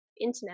internet